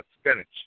spinach